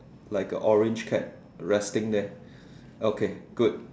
like a orange cat resting there okay good